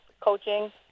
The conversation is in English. coaching